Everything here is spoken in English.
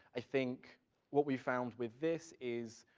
i think what we found with this is,